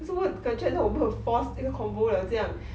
so what 感觉我们很 forced 一个 convo liao 这样